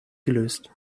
gelöst